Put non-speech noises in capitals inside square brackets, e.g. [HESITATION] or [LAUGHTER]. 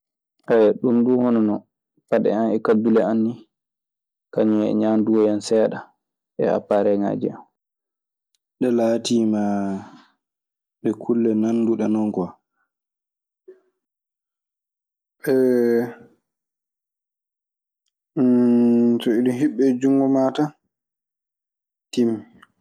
[HESITATION] Ɗun duu hono non, paɗe an e kaddule an nii kañun e ñaanduwo yan seeɗa e appareŋaaji an. Ɗee laatiima ɗee kulle nanduɗe non kwa. [HESITATION] So iɗun hiɓɓii e junngo maa tan, timmii.